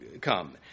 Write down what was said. come